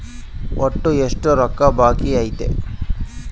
ಒಟ್ಟು ಎಷ್ಟು ರೊಕ್ಕ ಬಾಕಿ ಐತಿ?